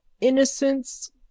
innocence